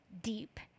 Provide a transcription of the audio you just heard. deep